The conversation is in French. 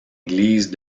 églises